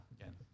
again